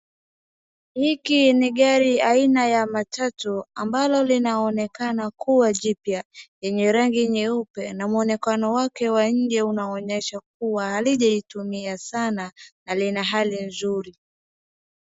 Hiki ni gari aina ya matatu ambalo linaonekana kuwa jipya, yenye rangi nyeupe, na mwonekano wake wa nje unaonyesha kuwa halijaitumia sana, na lina hali nzuri.